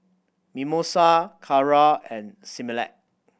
Mimosa Kara and Similac